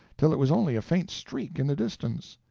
till it was only a faint streak in the distance.